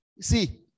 see